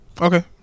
Okay